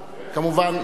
כמובן,